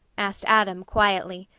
asked adam, quietly.